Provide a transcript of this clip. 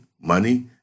money